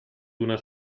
una